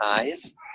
eyes